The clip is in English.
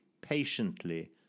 patiently